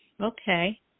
Okay